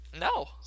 No